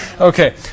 Okay